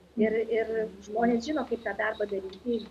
ir ir žmonės žino kaip tą darbą daryti